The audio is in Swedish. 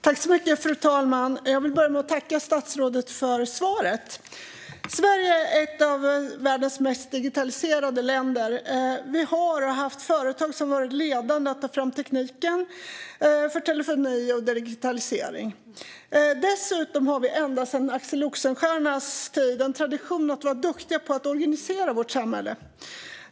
Fru talman! Jag vill börja med att tacka statsrådet för svaret. Sverige är ett av världens mest digitaliserade länder. Vi har och har haft företag som varit ledande i att ta fram tekniken för telefoni och digitalisering. Dessutom har vi ända sedan Axel Oxenstiernas tid en tradition att vara duktiga på att organisera vårt samhälle.